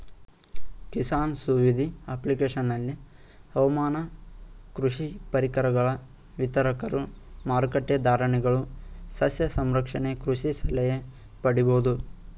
ಕಿಸಾನ್ ಸುವಿಧ ಅಪ್ಲಿಕೇಶನಲ್ಲಿ ಹವಾಮಾನ ಕೃಷಿ ಪರಿಕರಗಳ ವಿತರಕರು ಮಾರಕಟ್ಟೆ ಧಾರಣೆಗಳು ಸಸ್ಯ ಸಂರಕ್ಷಣೆ ಕೃಷಿ ಸಲಹೆ ಪಡಿಬೋದು